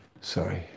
sorry